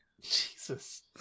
Jesus